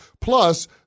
Plus